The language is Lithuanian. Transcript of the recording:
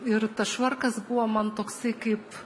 ir tas švarkas buvo man toksai kaip